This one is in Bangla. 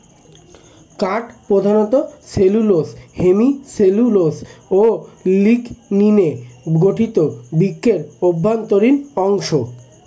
কাঠ প্রধানত সেলুলোস, হেমিসেলুলোস ও লিগনিনে গঠিত বৃক্ষের অভ্যন্তরীণ অংশ